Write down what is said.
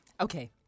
Okay